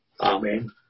Amen